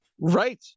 right